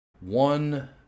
One